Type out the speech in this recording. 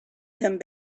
come